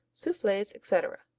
souffles, etc.